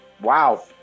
Wow